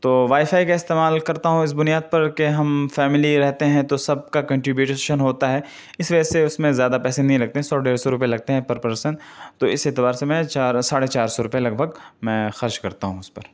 تو wifi کا استعمال کرتا ہوں اس بنیاد پر کہ ہم فیملی رہتے ہیں تو سب کا کنٹری بیوشن ہوتا ہیں اس وجہ سے اس میں زیادہ پیسے نہیں لگتے ہیں سو ڈیڑھ سو روپے لگتے ہیں پر پرسن تو اس اعتبار سے میں چار ساڑھے چار سو روپے لگ بھگ میں خرچ کرتا ہوں اس پر